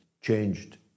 Changed